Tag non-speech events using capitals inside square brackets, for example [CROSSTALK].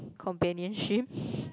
companionship [BREATH]